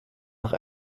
nach